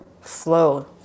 flow